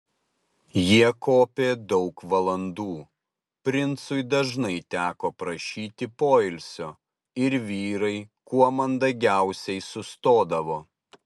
jie kopė daug valandų princui dažnai teko prašyti poilsio ir vyrai kuo mandagiausiai sustodavo